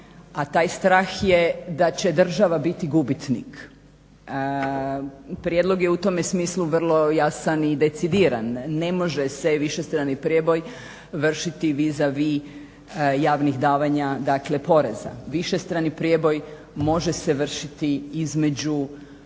a taj strah je da će država biti gubitnik. Prijedlog je u tom smislu vrlo jasan i decidiran, ne može se višestrani prijeboj vršiti vis a vis javnih davanja dakle poreza. Višestrani prijeboj može se vršiti samo